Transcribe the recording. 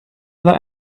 other